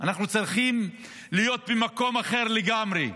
אנחנו צריכים להיות במקום אחר לגמרי.